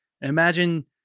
imagine